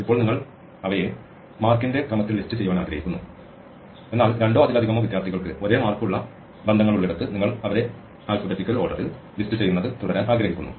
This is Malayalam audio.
ഇപ്പോൾ നിങ്ങൾ അവയെ മാർക്കിന്റെ ക്രമത്തിൽ ലിസ്റ്റ് ചെയ്യുവാൻ ആഗ്രഹിക്കുന്നു എന്നാൽ രണ്ടോ അതിലധികമോ വിദ്യാർത്ഥികൾക്ക് ഒരേ മാർക്ക് ഉള്ള ബന്ധങ്ങളുള്ളിടത്ത് നിങ്ങൾ അവരെ അക്ഷരമാലാക്രമത്തിൽ ലിസ്റ്റ് ചെയ്യുന്നത് തുടരാൻ ആഗ്രഹിക്കുന്നു